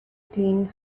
clean